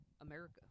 America